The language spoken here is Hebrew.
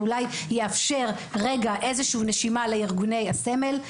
זה אולי יאפשר רגע איזשהו נשימה לארגוני הסמל.